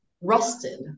rusted